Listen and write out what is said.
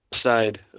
side